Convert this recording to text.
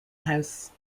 house